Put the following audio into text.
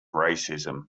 racism